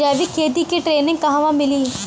जैविक खेती के ट्रेनिग कहवा मिली?